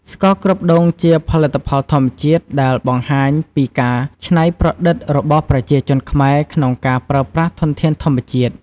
ស្ករគ្រាប់ដូងជាផលិតផលធម្មជាតិដែលបង្ហាញពីការច្នៃប្រឌិតរបស់ប្រជាជនខ្មែរក្នុងការប្រើប្រាស់ធនធានធម្មជាតិ។